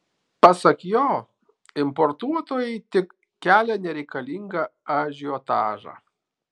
pasak jo importuotojai tik kelia nereikalingą ažiotažą